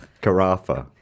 Carafa